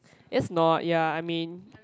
let's not ya I mean